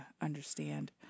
understand